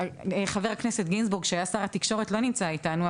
ח"כ גינזבורג שהיה שר התקשורת לא נמצא איתנו,